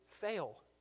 fail